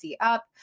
Up